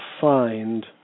find